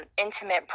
intimate